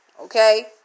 Okay